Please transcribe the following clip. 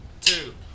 two